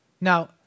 Now